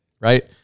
right